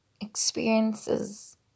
experiences